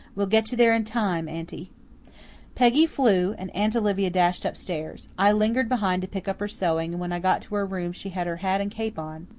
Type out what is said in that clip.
we'll get you there in time, aunty. peggy flew, and aunt olivia dashed upstairs. i lingered behind to pick up her sewing, and when i got to her room she had her hat and cape on.